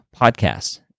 podcast